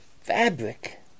fabric